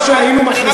מה שהיינו מכריזים,